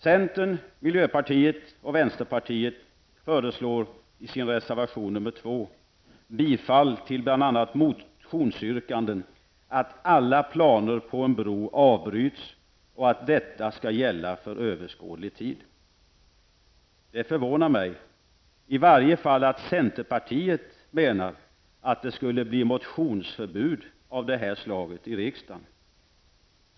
Centern, miljöpartiet och vänsterpartiet föreslår i reservation 2 bifall till bl.a. motionsyrkanden om att alla planer på en bro avbryts och att detta skall gälla för överskådlig tid. Det förvånar mig, i varje fall att centerpartiet menar att det skulle bli motionsförbud av detta slag i riksdagen.